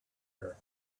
her